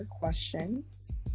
questions